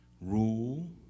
rule